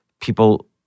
people